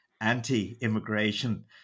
anti-immigration